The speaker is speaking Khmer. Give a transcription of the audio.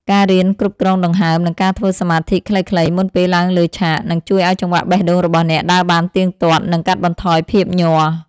ការរៀនគ្រប់គ្រងដង្ហើម និងការធ្វើសមាធិខ្លីៗមុនពេលឡើងលើឆាក នឹងជួយឱ្យចង្វាក់បេះដូងរបស់អ្នកដើរបានទៀងទាត់ និងកាត់បន្ថយភាពញ័រ។